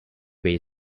way